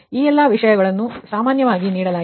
ಆದ್ದರಿಂದ ಈ ಎಲ್ಲ ವಿಷಯಗಳನ್ನು ಸಾಮಾನ್ಯವಾಗಿ ನೀಡಲಾಗಿದೆ